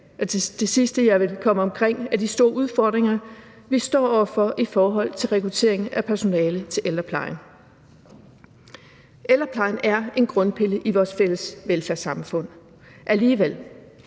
det sidste, jeg vil komme omkring, er de store udfordringer, vi står over for i forhold til rekruttering af personale til ældreplejen. Ældreplejen er en grundpille i vores fælles velfærdssamfund. Alligevel